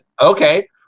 okay